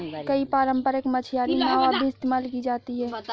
कई पारम्परिक मछियारी नाव अब भी इस्तेमाल की जाती है